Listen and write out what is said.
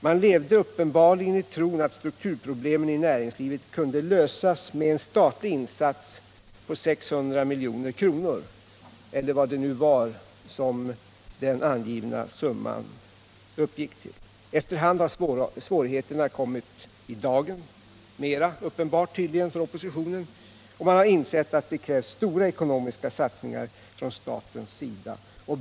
Man levde uppenbarligen i tron att strukturproblemen i näringslivet kunde lösas med en statlig insats på 600 milj.kr., eller vad det nu var summan uppgick till. Efter hand har tydligen svårigheterna blivit uppenbara för oppositionen och man har insett att det krävs stora ekonomiska satsningar från statens sida.